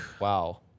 Wow